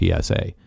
PSA